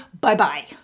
bye-bye